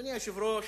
אדוני היושב-ראש,